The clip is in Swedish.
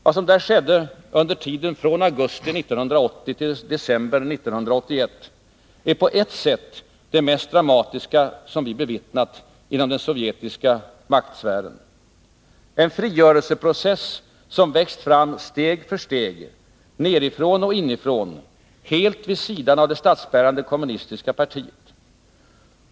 Vad som där skedde under tiden från augusti 1980 till december 1981 är på ett sätt det mest dramatiska som vi bevittnat inom den sovjetiska maktsfären. En frigörelseprocess som växte fram steg för steg nedifrån och inifrån — helt vid sidan av det statsbärande kommunistiska partiet.